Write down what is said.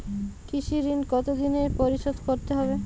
কৃষি ঋণ কতোদিনে পরিশোধ করতে হবে?